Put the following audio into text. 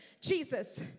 Jesus